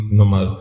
normal